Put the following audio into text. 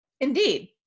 indeed